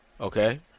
Okay